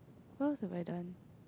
what else have I done